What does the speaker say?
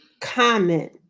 comment